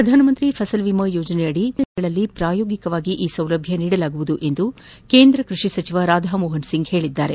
ಪ್ರಧಾನ ಮಂತ್ರಿ ಫಸಲ್ ಬಿಮಾ ಯೋಜನೆಯಡಿ ಆಯ್ದ ಜಿಲ್ಲೆಗಳಲ್ಲಿ ಪ್ರಾಯೋಗಿಕವಾಗಿ ಈ ಸೌಲಭ್ಯ ನೀಡಲಾಗುವುದು ಎಂದು ಕೇಂದ್ರ ಕೃಷಿ ಸಚಿವ ರಾಧಾಮೋಹನ್ ಸಿಂಗ್ ಹೇಳಿದ್ದಾರೆ